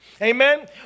Amen